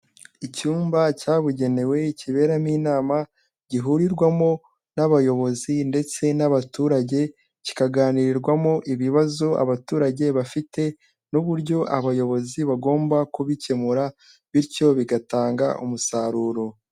Icyumba cyabugenewe kiberamo inama, gihurirwamo n'abayobozi ndetse n'abaturage, kikaganirirwamo ibibazo abaturage bafite n'uburyo abayobozi bagomba kubikemura, bityo bigatanga umusaruro.